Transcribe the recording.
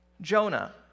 Jonah